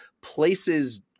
places